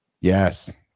Yes